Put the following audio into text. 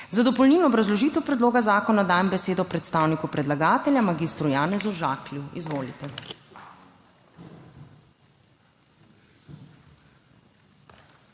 Za dopolnilno obrazložitev predloga zakona dajem besedo predstavniku predlagatelja mag. Janezu Žaklju. Izvolite.